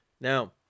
Now